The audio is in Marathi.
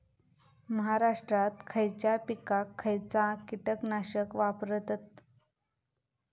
महाराष्ट्रात खयच्या पिकाक खयचा कीटकनाशक वापरतत?